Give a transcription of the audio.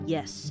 Yes